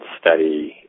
study